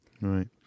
Right